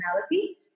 personality